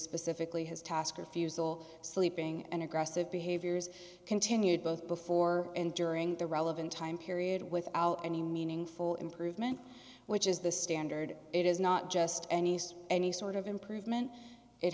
specifically his task refusal sleeping and aggressive behaviors continued both before and during the relevant time period without any meaningful improvement which is the standard it is not just any any sort of improvement it